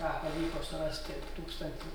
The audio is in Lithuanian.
ką pavyko surasti tūkstanti